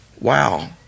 wow